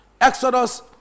Exodus